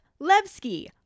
Levski